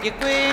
Děkuji.